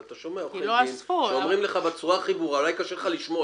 אבל אתה שומע עורכי דין שאומרים לך בצורה הכי ברורה אולי קשה לך לשמוע